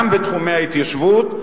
גם בתחומי ההתיישבות,